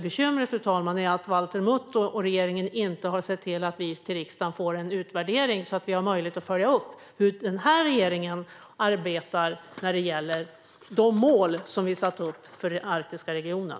Bekymret är att Valter Mutt och regeringen inte har sett till att riksdagen får en utvärdering så att vi har möjlighet att följa upp hur den här regeringen arbetar när det gäller de mål som vi har satt upp för den arktiska regionen.